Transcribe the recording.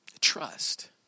trust